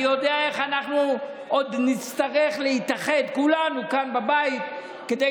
אני יודע איך אנחנו עוד נצטרך להתאחד כולנו כאן בבית כדי